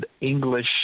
English